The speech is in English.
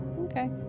Okay